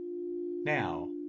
Now